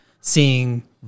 seeing